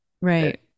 right